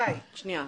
די.